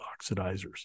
oxidizers